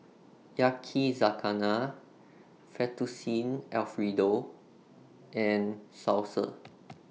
Yakizakana Fettuccine Alfredo and Salsa